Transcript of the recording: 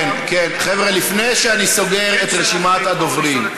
לפני שאני סוגר את רשימת הדוברים,